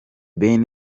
ben